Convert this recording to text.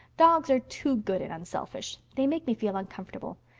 dogs are too good and unselfish. they make me feel uncomfortable.